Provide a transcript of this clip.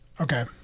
Okay